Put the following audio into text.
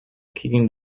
kicking